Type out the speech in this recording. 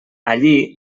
allí